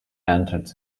entered